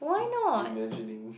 just imagining